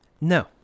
No